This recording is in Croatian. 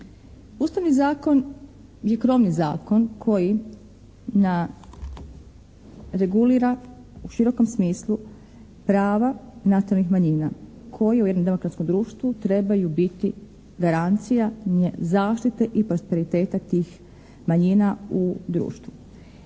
Ustavni zakon je krovni zakon koji regulira u širokom smislu prava nacionalnih manjina koje u jednom demokratskom društvu trebaju biti garancija zaštite i prosperiteta tih manjina u društvu.